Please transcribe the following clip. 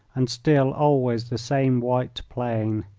and still always the same white plain.